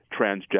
transgender